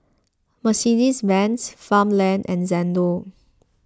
Mercedes Benz Farmland and Xndo